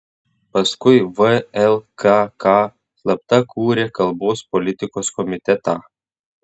paskui vlkk slapta kūrė kalbos politikos komitetą